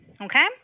okay